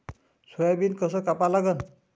Soybean कस कापा लागन?